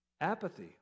apathy